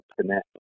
connect